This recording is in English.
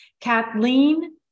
Kathleen